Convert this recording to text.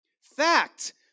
Fact